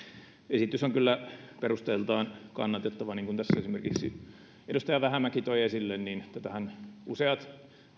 esitys on kyllä perusteiltaan kannatettava niin kuin tässä esimerkiksi edustaja vähämäki toi esille tätähän useat